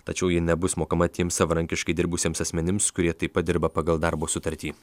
tačiau ji nebus mokama tiems savarankiškai dirbusiems asmenims kurie taip pat dirba pagal darbo sutartį